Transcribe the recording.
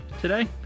today